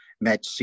Met